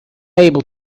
able